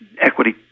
equity